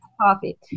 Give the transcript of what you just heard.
coffee